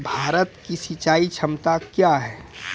भारत की सिंचाई क्षमता क्या हैं?